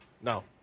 No